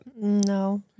No